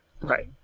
Right